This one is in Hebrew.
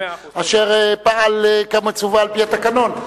אשר פעל כמצווה על-פי התקנון,